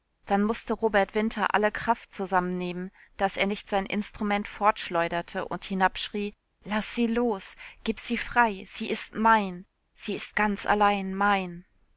dann mußte robert winter alle kraft zusammennehmen daß er nicht sein instrument fortschleuderte und hinabschrie las sie los gib sie frei sie ist mein sie ist ganz allein mein